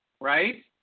right